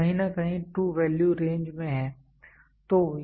तो कहीं न कहीं ट्रू वैल्यू रेंज में है